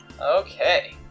Okay